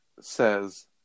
says